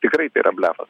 tikrai tai yra blefas